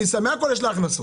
מהכל יש לה הכנסות.